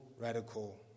radical